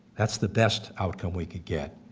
that's the best outcome we can get,